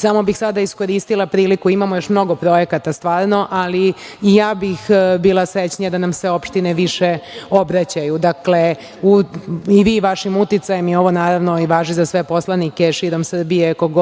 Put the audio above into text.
Samo bih sada iskoristila priliku, imamo još mnogo projekata stvarno, ali i ja bih bila srećnija da nam se opštine više obraćaju. Dakle, i vi i vašim uticajem, naravno, ovo važi za sve poslanike širom Srbije, ko god